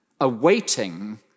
awaiting